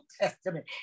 Testament